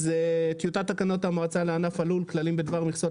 טיוטת תקנות המועצה לענף הלול (כללים בדבר מכסות